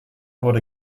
wurde